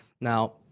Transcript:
now